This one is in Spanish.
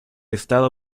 estado